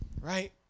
right